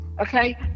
okay